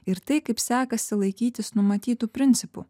ir tai kaip sekasi laikytis numatytų principų